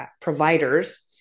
providers